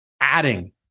adding